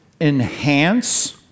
enhance